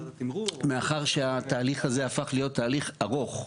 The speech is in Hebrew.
מאחר שהתהליך הזה הפך להיות תהליך ארוך,